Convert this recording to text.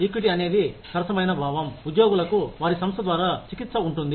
equity అనేది సరసమైన భావం ఉద్యోగులకు వారి సంస్థ ద్వారా చికిత్స ఉంటుంది